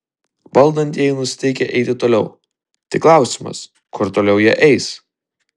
valdantieji nusiteikę eiti toliau tik klausimas kur toliau jie eis